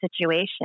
situation